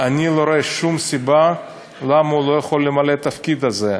אני לא רואה שום סיבה למה הוא לא יכול למלא את התפקיד הזה.